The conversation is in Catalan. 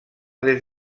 des